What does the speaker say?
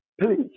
Please